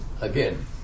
Again